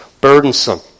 burdensome